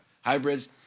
hybrids